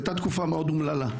זאת הייתה תקופה מאוד אומללה.